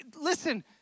Listen